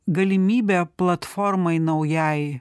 galimybę platformai naujai